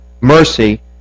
Mercy